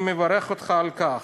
אני מברך אותך על כך".